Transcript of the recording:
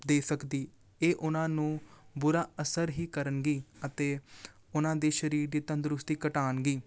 ਦੇ ਸਕਦੀ ਇਹ ਉਨ੍ਹਾਂ ਨੂੰ ਬੁਰਾ ਅਸਰ ਹੀ ਕਰਨਗੀ ਅਤੇ ਉਨ੍ਹਾਂ ਦੇ ਸਰੀਰ ਦੀ ਤੰਦਰੁਸਤੀ ਘਟਾਉਣ ਗੀ